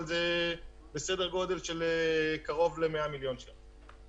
אבל זה בסדר גודל של קרוב ל-100 מיליון שקל.